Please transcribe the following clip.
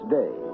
day